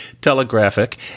telegraphic